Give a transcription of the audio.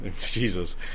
jesus